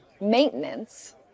maintenance